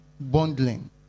bundling